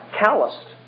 calloused